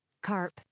Carp